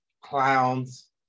Clowns